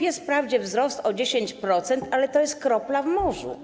Jest wprawdzie wzrost o 10%, ale to jest kropla w morzu.